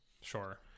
sure